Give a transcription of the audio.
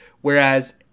whereas